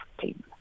team